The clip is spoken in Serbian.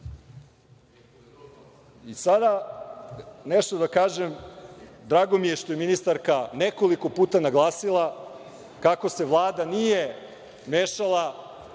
nešto da kažem, drago mi je što je ministarka nekoliko puta naglasila kako se Vlada nije mešala